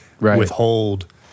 withhold